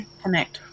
connect